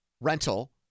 Rental